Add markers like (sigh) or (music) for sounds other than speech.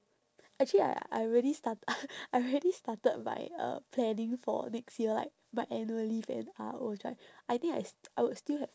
actually I I already start~ (noise) I already started my uh planning for next year like my annual leave and uh I think I st~ I would still have